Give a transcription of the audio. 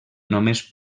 només